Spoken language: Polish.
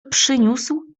przyniósł